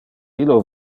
illo